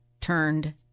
turned